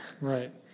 Right